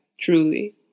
truly